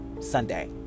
Sunday